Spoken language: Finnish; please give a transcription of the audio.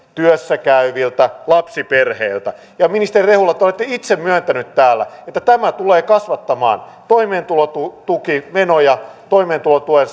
työssä käyviltä lapsiperheiltä ja ministeri rehula te olette itse myöntänyt täällä että tämä tulee kasvattamaan toimeentulotukimenoja toimeentulotuen